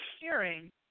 hearing